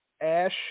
Ash